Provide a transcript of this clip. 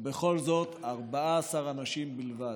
ובכל זאת, 14 אנשים בלבד.